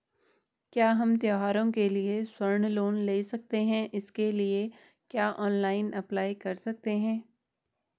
क्या हम त्यौहारों के लिए स्वर्ण लोन ले सकते हैं इसके लिए क्या ऑनलाइन अप्लाई कर सकते हैं?